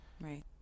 Right